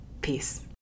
Peace